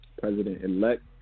president-elect